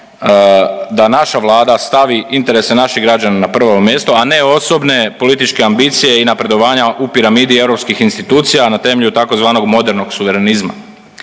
da naša Vlada stavi interese naših građana na prvo mjesto, a ne osobne, političke ambicije i napredovanja u piramidi europskih institucija na temelju tzv. modernog suverenizma.